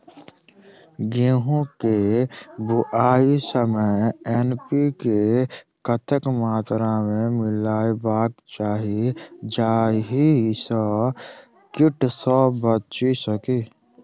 गेंहूँ केँ बुआई समय एन.पी.के कतेक मात्रा मे मिलायबाक चाहि जाहि सँ कीट सँ बचि सकी?